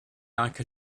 like